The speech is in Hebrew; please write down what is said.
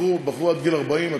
בחור עד גיל 40,